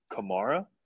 Kamara